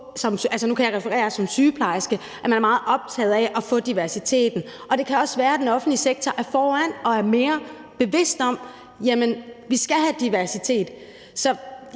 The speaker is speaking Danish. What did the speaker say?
som sygeplejerske referere til, at man er meget optaget af at få diversiteten. Og det kan også være, at den offentlige sektor er foran og er mere bevidst om, at vi skal have diversitet.